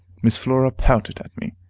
miss flora pouted at me.